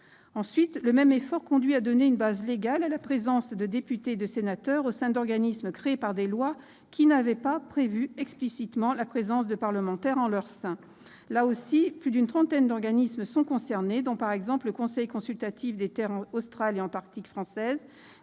Ensuite, le même effort conduit à donner une base légale à la présence de députés et de sénateurs au sein d'organismes créés par des lois qui n'avaient pas explicitement prévu la présence de parlementaires en leur sein. Là encore, plus d'une trentaine d'organismes sont concernés, dont le conseil consultatif des Terres australes et antarctiques françaises